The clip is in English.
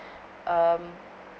um